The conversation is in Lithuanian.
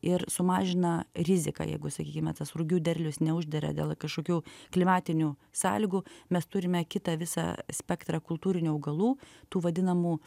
ir sumažina riziką jeigu sakykime tas rugių derlius neuždera dėl kažkokių klimatinių sąlygų mes turime kitą visą spektrą kultūrinių augalų tų vadinamų